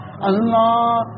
Allah